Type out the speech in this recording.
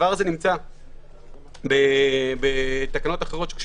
זה נמצא בתקנות אחרות,